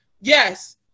Yes